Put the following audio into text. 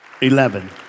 eleven